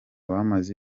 bamaze